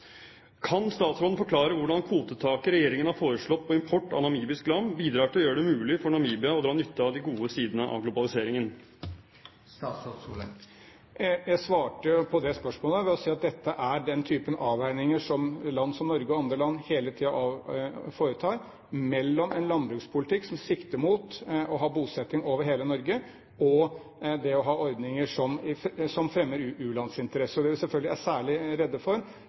statsråden forklare hvordan kvotetaket regjeringen har foreslått på import av namibisk lam, bidrar til å gjøre det mulig for Namibia å dra nytte av de gode sidene av globaliseringen?» Jeg svarte på det spørsmålet ved å si at dette er den typen avveininger som Norge hele tiden foretar mellom det å ha en landbrukspolitikk som sikter mot å ha bosetting i hele Norge, og det å ha ordninger som fremmer u-lands interesser. Det vi er særlig redde for, er innrømmelser til utviklingsland som i realiteten først og